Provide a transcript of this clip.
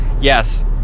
yes